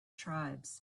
tribes